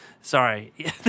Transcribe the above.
Sorry